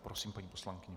Prosím, paní poslankyně.